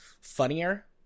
funnier